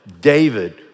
David